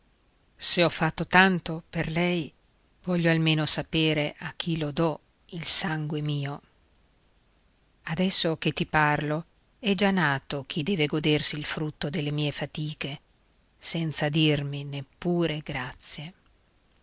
se ho fatto tanto per lei voglio almeno sapere a chi lo dò il sangue mio adesso che ti parlo è già nato chi deve godersi il frutto delle mie fatiche senza dirmi neppure grazie